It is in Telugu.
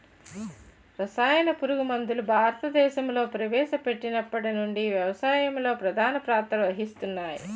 రసాయన పురుగుమందులు భారతదేశంలో ప్రవేశపెట్టినప్పటి నుండి వ్యవసాయంలో ప్రధాన పాత్ర వహిస్తున్నాయి